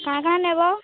କାଣା କାଣା ନେବ